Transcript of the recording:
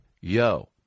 yo